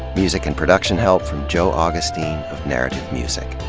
music and production help from joe augustine of narrative music.